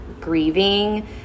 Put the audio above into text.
grieving